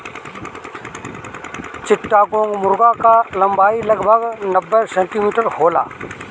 चिट्टागोंग मुर्गा कअ लंबाई लगभग नब्बे सेंटीमीटर होला